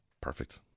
Perfect